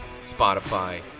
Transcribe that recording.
Spotify